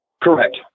Correct